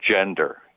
gender